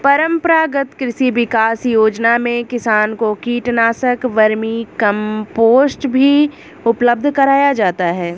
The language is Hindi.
परम्परागत कृषि विकास योजना में किसान को कीटनाशक, वर्मीकम्पोस्ट भी उपलब्ध कराया जाता है